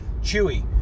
Chewie